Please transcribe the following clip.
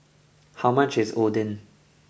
how much is Oden